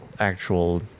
Actual